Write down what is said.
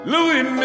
Louis